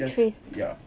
trace